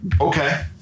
Okay